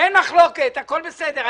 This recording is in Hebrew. אין מחלוקת, הכול בסדר.